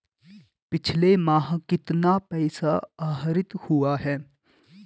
पिछले माह कितना पैसा आहरित हुआ है?